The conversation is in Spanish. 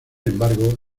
embargo